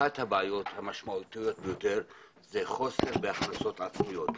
אחת הבעיות המשמעותיות ביותר היא חוסר בהכנסות עצמיות.